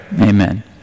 Amen